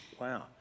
Wow